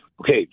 Okay